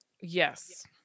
yes